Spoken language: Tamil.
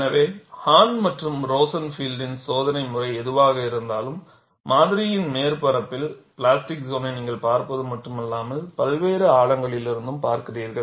எனவே ஹான் மற்றும் ரோசன்ஃபீல்டின் Hahn and Rosenfield சோதனை முறை எதுவாக இருந்தாலும் மாதிரியின் மேற்பரப்பில் பிளாஸ்டிக் சோன்னை நீங்கள் பார்ப்பது மட்டுமல்லாமல் பல்வேறு ஆழங்களிலும் பார்க்கிறீர்கள்